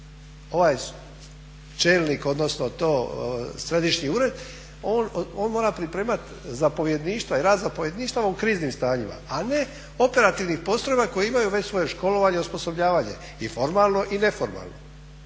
ovaj čelnik odnosno središnji ured mora pripremat zapovjedništva i rad zapovjedništava u kriznim stanjima, a ne operativnih postrojba koje imaju već svoje školovanje i osposobljavanje, i formalno i neformalno.